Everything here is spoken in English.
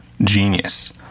genius